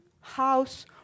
house